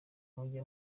mujye